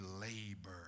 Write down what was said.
labor